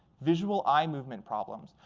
visual eye movement problems,